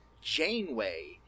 Janeway